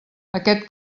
aquest